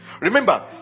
Remember